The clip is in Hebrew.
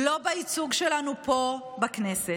לא בייצוג שלנו פה בכנסת,